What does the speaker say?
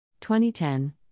2010